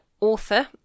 author